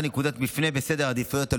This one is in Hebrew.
נקודת מפנה בסדר העדיפויות הלאומי.